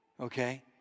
okay